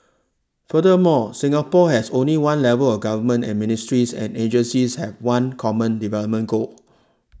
furthermore Singapore has only one level of government and ministries and agencies have one common development goal